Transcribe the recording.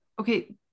okay